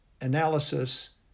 analysis